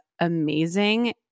amazing